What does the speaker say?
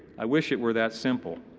i wish it were that simple.